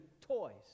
toys